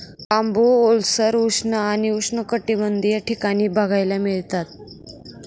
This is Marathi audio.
बांबू ओलसर, उष्ण आणि उष्णकटिबंधीय ठिकाणी बघायला मिळतात